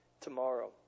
tomorrow